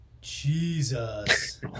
Jesus